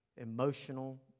emotional